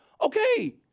Okay